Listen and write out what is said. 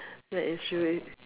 well it's true it